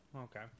okay